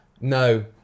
No